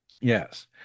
yes